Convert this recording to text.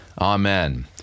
amen